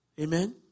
amen